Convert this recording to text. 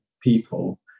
people